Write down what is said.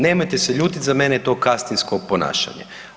Nemojte se ljutiti za mene je kastvinsko ponašanje.